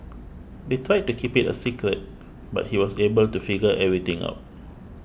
they tried to keep it a secret but he was able to figure everything out